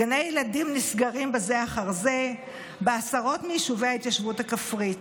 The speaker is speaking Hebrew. גני ילדים נסגרים בזה אחר זה בעשרות מיישובי ההתיישבות הכפרית.